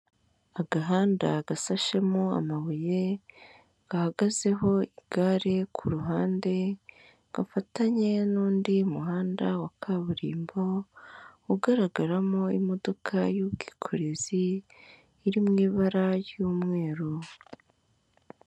Agahanda gasashemo amabuye, gahagazeho igare ku ruhande, gafatanye n'undi muhanda wa kaburimbo, ugaragaramo imodoka y'ubwikorezi, iri mu ibara ry'umweru.